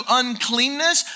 uncleanness